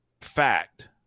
fact